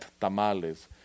tamales